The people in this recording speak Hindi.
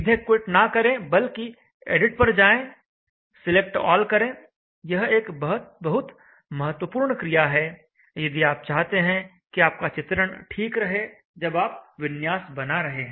सीधे क्विट ना करें बल्कि एडिट पर जाएं सिलेक्ट ऑल करें यह एक बहुत महत्वपूर्ण क्रिया है यदि आप चाहते हैं कि आपका चित्रण ठीक रहे जब आप विन्यास बना रहे हैं